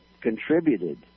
contributed